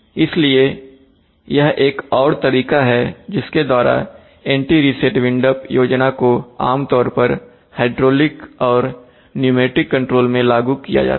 इसलिए यह एक और तरीका है जिसके द्वारा एंटी रीसेट विंड अप योजना को आमतौर पर हाइड्रोलिक और न्यूमेटिक कंट्रोल में लागू किया जाता है